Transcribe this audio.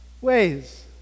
ways